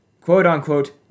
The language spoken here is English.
quote-unquote